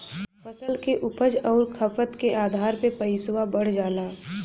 फसल के उपज आउर खपत के आधार पे पइसवा बढ़ जाला